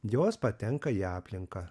jos patenka į aplinką